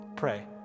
pray